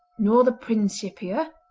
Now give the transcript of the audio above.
nor the principia,